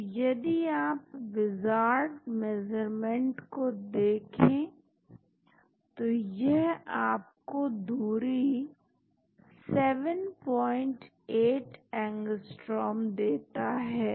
तो यदि आप विजार्ड मेज़रमेंट को देखें तो यह आपको दूरी 78 A देता है